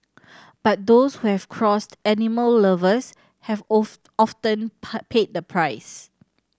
but those who have crossed animal lovers have often paid the price